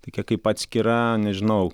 tokia kaip atskira nežinau